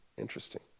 interesting